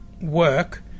work